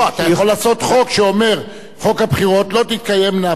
לא תתקיימנה הבחירות למועצות המקומיות בזמן של הבחירות לכנסת.